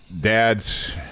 dad's